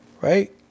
right